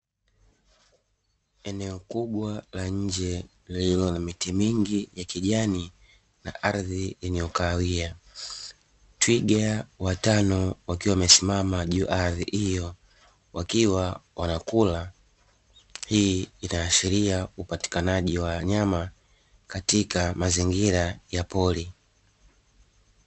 Eneo kubwa la nje lililo na miti mingi ya kijani na ardhi yenye ukahawia, twiga watano wakiwa wamesimama juu ya ardhi hiyo wakiwa wanakula, hii inaashiria upatikanaji wa wanyama katika mazingira ya pori.